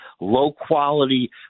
low-quality